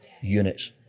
units